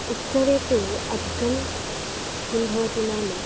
उत्सवे तु अधिकं किं भवति नाम